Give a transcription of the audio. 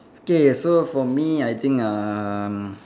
okay so for me I think um